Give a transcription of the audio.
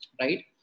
right